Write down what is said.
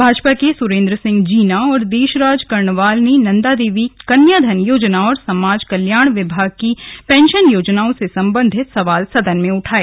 भाजपा के सुरेंद्र सिंह जीना और देशराज कर्णवाल ने नंदादेवी कन्याधन योजना और समाज कल्याण विभाग की पेंशन योजनाओं से संबंधित सवाल सदन में उठाये